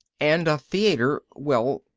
and a theater, well,